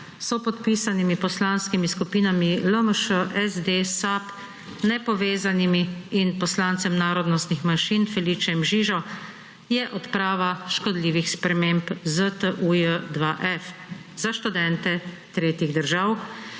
sopodpisanimi Poslanskimi skupinami LMŠ, SD, SAB, Nepovezanimi in poslancem narodnostnih manjšim, Felicejem Žižo, je odprava škodljivih sprememb ZTUJ2F za študente tretjih držav,